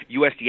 USDA